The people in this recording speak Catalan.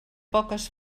poques